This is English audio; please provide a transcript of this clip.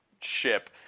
ship